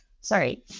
Sorry